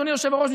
אדוני היושב-ראש,